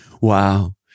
Wow